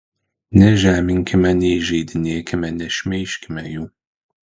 nežeminkime neįžeidinėkime nešmeižkime jų